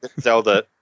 zelda